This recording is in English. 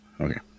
Okay